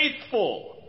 faithful